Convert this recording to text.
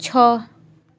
छः